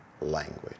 language